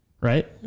right